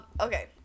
okay